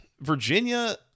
virginia